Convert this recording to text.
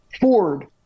Ford